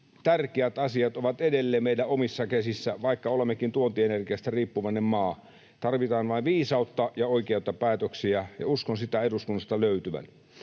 tärkeät asiat ovat edelleen meidän omissa käsissä, vaikka olemmekin tuontienergiasta riippuvainen maa. Tarvitaan vain viisautta ja oikeita päätöksiä, ja uskon sitä eduskunnasta löytyvän.